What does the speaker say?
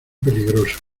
peligroso